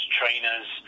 trainers